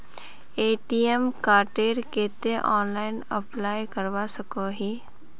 ATM कार्डेर केते online apply करवा सकोहो ही?